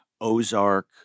Ozark